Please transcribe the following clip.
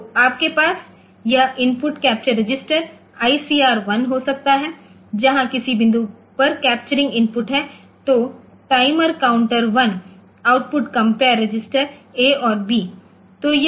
तो आपके पास यह इनपुट कैप्चर रजिस्टर ICR 1 हो सकता है जहां किसी बिंदु पर कैप्चरिंग इनपुट है तो timer counter one output compare register A और बी